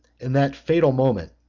in that fatal moment,